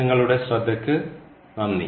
നിങ്ങളുടെ ശ്രദ്ധയ്ക്ക് നന്ദി